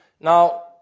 Now